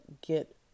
get